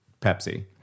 Pepsi